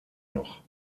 noch